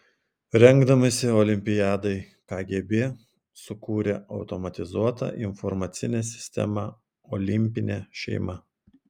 rengdamasi olimpiadai kgb sukūrė automatizuotą informacinę sistemą olimpinė šeima